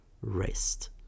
rest